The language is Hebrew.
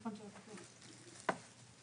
בנימין,